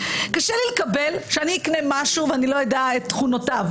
קשה לי לקבל שאני אקנה משהו ואני לא אדע את תכונותיו,